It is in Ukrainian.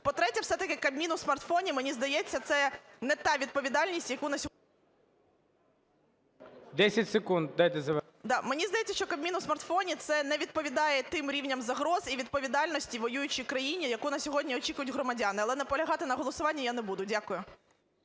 По-третє, все-таки "Кабмін у смартфоні", мені здається, це не та відповідальність, яку… ГОЛОВУЮЧИЙ. 10 секунд дайте завершити. ШКРУМ А.І. Мені здається, що "Кабмін у смартфоні" – це не відповідає тим рівням загроз і відповідальності у воюючій країні, яку на сьогодні очікують громадяни. Але наполягати на голосуванні я не буду. Дякую.